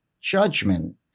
judgment